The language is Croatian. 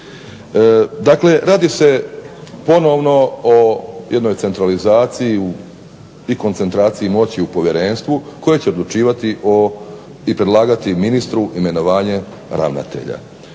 Dakle, radi se ponovno o jednoj centralizaciji i koncentraciji moći u povjerenstvu koje će pomoći i predlagati ministru imenovanje ravnatelja.